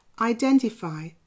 identify